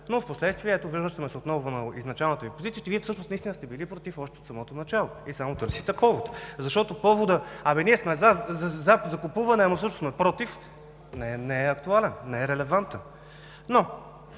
но впоследствие ето, връщаме се отново в изначалната Ви позиция, че Вие всъщност наистина сте били против още от самото начало и само търсите повод. Защото поводът: а бе, ние сме „за закупуване“, но всъщност сме „против“, не е актуален, не е релевантен. Но